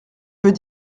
veux